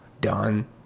done